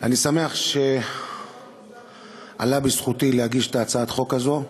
אני שמח שעלה בזכותי להגיש את הצעת החוק הזאת,